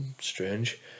strange